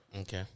Okay